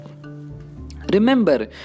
Remember